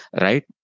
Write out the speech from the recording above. right